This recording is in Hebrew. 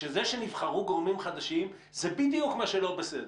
שזה שנבחרו גורמים חדשים זה בדיוק מה שלא בסדר.